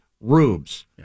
rubes